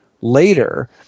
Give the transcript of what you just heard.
later